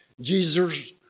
Jesus